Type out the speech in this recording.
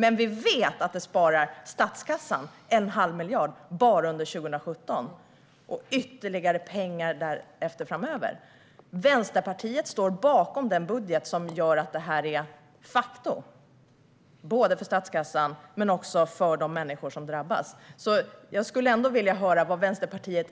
Men vi vet att detta sparar statskassan en halv miljard bara under 2017 och ytterligare pengar framöver. Vänsterpartiet står bakom den budget som gör att detta är ett faktum, för statskassan men också för de människor som drabbas. Så jag skulle ändå vilja höra